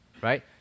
right